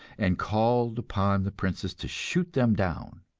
and called upon the princes to shoot them down.